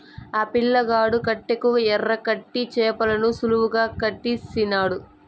ఆ పిల్లగాడు కట్టెకు ఎరకట్టి చేపలను సులువుగా పట్టేసినాడు